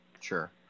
Sure